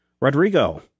Rodrigo